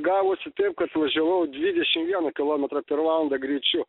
gavosi taip kad važiavau dvidešim vieno kilometro per valandą greičiu